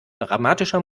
dramatischer